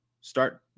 start